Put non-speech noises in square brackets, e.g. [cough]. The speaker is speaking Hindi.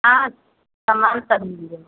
हाँ सामान सब [unintelligible] है